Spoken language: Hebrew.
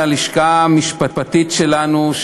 ללשכה המשפטית שלנו,